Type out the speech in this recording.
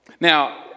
Now